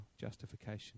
justification